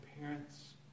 parents